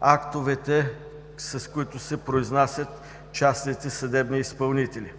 актовете, с които се произнасят частните съдебни изпълнители.